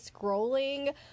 scrolling